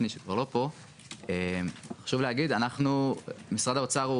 לגבי פירוט הכספים שיצאו לאחרונה מקרן הניקיון,